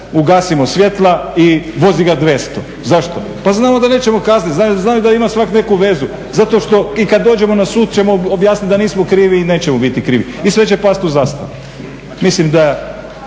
ugasimo svjetla i vozi ga 200. Zašto? Pa znamo da nećemo ga kazniti, jer znaju da ima svatko neku vezu zato što i kada dođemo na sud ćemo objasniti da nismo krivi i nećemo biti krivi i sve će pasti u zastaru. Mislim da